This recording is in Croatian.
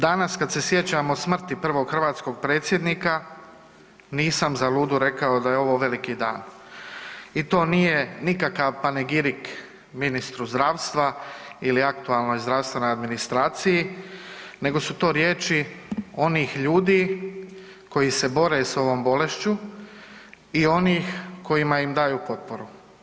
Danas kad se sjećamo smrti prvog hrvatskog predsjednika nisam zaludu rekao da je ovo veliki dan i to nije nikakav panegirik ministru zdravstva ili aktualnoj zdravstvenoj administraciji nego su to riječi onih ljudi koji se bore s ovom bolešću i onih koji im daju potporu.